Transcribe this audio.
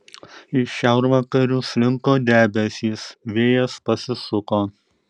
iš šiaurvakarių slinko debesys vėjas pasisuko